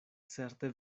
certe